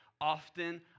often